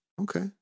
Okay